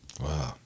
Wow